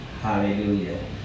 Hallelujah